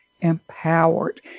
empowered